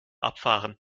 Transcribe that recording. abfahren